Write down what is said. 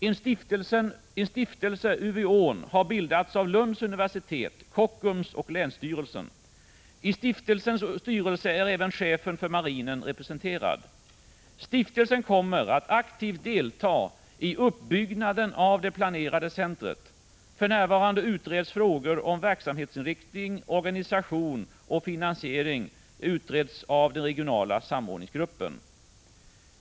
En stiftelse, Uveon, har bildats av Lunds universitet, Kockums och länsstyrelsen. I stiftelsens styrelse är även chefen för marinen representerad. Stiftelsen kommer att aktivt delta i uppbyggnaden av det planerade centret. För närvarande utreds frågor om verksamhetsinriktning, organisation och finansiering av den regionala samordningsgruppen.